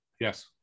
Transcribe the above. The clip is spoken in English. Yes